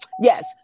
Yes